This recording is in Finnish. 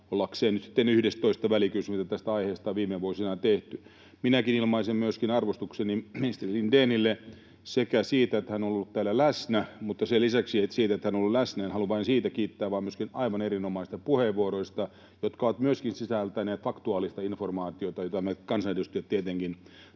ollakseen nyt sitten 11. välikysymys, mitä tästä aiheesta on viime vuosina tehty. Myöskin minä ilmaisen arvostukseni ministeri Lindénille sekä siitä, että hän on ollut täällä läsnä, että sen lisäksi — en halua vain siitä kiittää — myöskin aivan erinomaisista puheenvuoroista, jotka ovat myöskin sisältäneet faktuaalista informaatiota, jota me kansanedustajat tietenkin